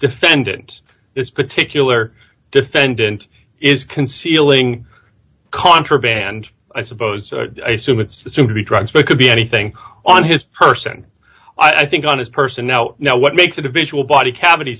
defendant this particular defendant is concealing contraband i suppose so it's assumed to be drugs but could be anything on his person i think on his person now now what makes it a visual body cavity